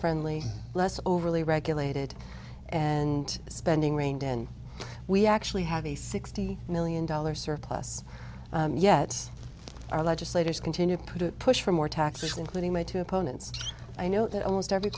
friendly less overly regulated and spending reigned and we actually have a sixty million dollars surplus yet our legislators continue to put it push for more taxes including my two opponents i know most every